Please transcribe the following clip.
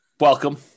Welcome